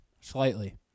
Slightly